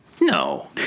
No